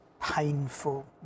painful